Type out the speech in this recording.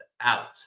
out